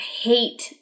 hate